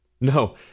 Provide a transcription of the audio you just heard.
No